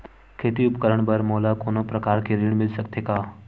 खेती उपकरण बर मोला कोनो प्रकार के ऋण मिल सकथे का?